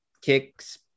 kicks